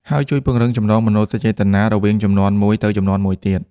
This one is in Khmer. ហើយជួយពង្រឹងចំណងមនោសញ្ចេតនារវាងជំនាន់មួយទៅជំនាន់មួយទៀត។